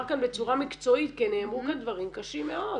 כאן בצורה מקצועית כי נאמרו פה דברים קשים מאוד.